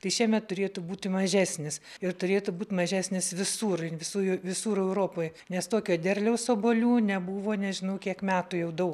tai šiemet turėtų būti mažesnis ir turėtų būt mažesnis visur visų jų visur europoje nes tokio derliaus obuolių nebuvo nežinau kiek metų jau daug